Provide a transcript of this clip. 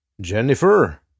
Jennifer